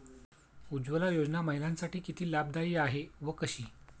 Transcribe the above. उज्ज्वला योजना महिलांसाठी किती लाभदायी आहे व कशी?